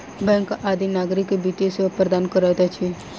bank आदि नागरिक के वित्तीय सेवा प्रदान करैत अछि